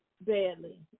badly